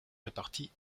répartis